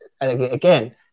again